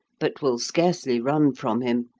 but will scarcely run from him,